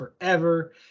forever